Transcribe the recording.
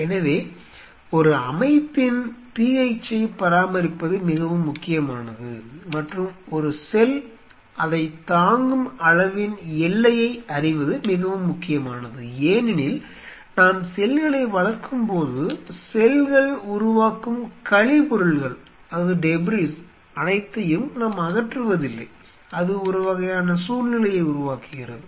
எனவே ஒரு அமைப்பின் pH ஐப் பராமரிப்பது மிகவும் முக்கியமானது மற்றும் ஒரு செல் அதைத் தாங்கும் அளவின் எல்லையை அறிவது மிகவும் முக்கியமானது ஏனெனில் நாம் செல்களை வளர்க்கும் போது செல்கள் உருவாக்கும் கழிபொருள்கள் அனைத்தையும் நாம் அகற்றுவதில்லை அது ஒருவகையான சூழ்நிலையை உருவாக்குகிறது